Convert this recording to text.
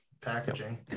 packaging